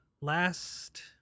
last